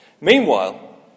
Meanwhile